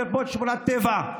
לרבות שמורות טבע.